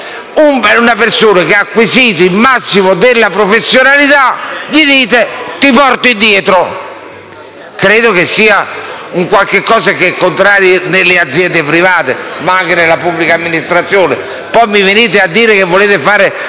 una persona che ha acquisito il massimo della professionalità dite: «Mettiti dietro». Credo che sia un qualcosa che non esiste tanto nelle aziende private quanto nella pubblica amministrazione. Poi venite a dire che volete fare